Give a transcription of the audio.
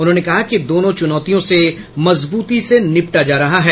उन्होंने कहा कि दोनों चुनौतियों से मजबूती से निपटा जा रहा है